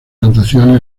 plantaciones